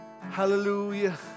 Hallelujah